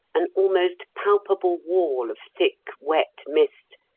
an almost palpable wall of thick, wet mist,